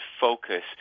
focus